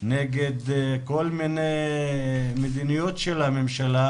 נגד כל המדיניות של הממשלה,